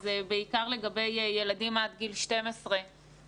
אז זה בעיקר לגבי ילדים עד גיל 12,